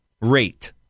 rate